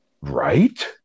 Right